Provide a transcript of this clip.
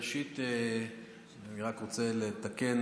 ראשית, אני רק רוצה לתקן